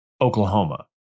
Oklahoma